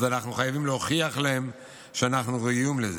אז אנחנו חייבים להוכיח להם שאנחנו ראויים לזה.